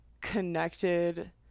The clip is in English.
connected